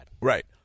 Right